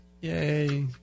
Yay